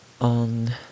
on